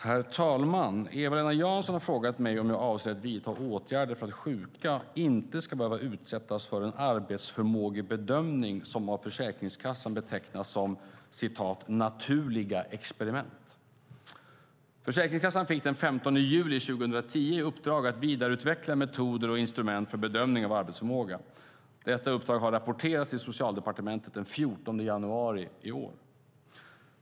Herr talman! Eva-Lena Jansson har frågat mig om jag avser att vidta åtgärder för att sjuka inte ska behöva utsättas för en arbetsförmågebedömning som av Försäkringskassan betecknas som "naturliga experiment". Försäkringskassan fick den 15 juli 2010 i uppdrag att vidareutveckla metoder och instrument för bedömning av arbetsförmåga. Detta uppdrag har rapporterats till Socialdepartementet den 14 januari i år.